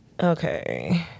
Okay